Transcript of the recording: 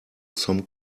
some